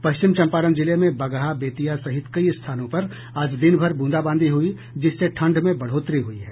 पश्चिम चंपारण जिले में बगहा बेतिया सहित कई स्थानों पर आज दिन भर बूंदाबांदी हुई जिससे ठंड में बढ़ोतरी हुई है